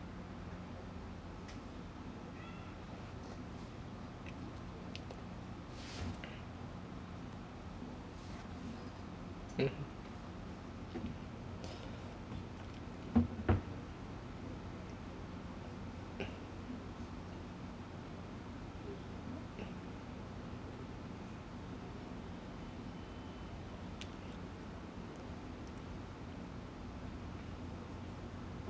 mmhmm